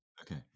Okay